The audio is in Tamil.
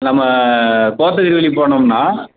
நம்ம கோத்தகிரி வழி போனோம்னால்